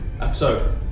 episode